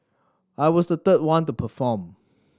I was the third one to perform